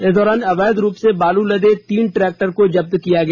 इस दौरान अवैध रूप से बालू लंदे तीन ट्रैक्टर को जब्त किया गया